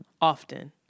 often